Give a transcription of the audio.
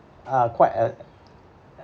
uh quite err